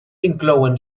inclouen